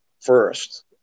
first